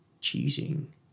choosing